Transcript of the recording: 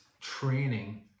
training